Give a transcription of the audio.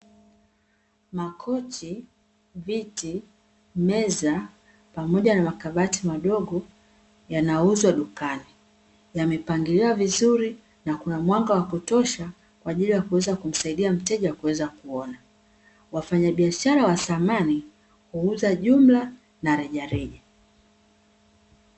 Makochi, viti, meza pamoja na makabati madogo yanauzwa dukani, yamepangiliwa vizuri na kuna mwanga wa kutosha kwa ajili ya kuweza kumsaidia mteja kuweza kuona, wafanyabiashara wa samani huuza jumla na rejareja.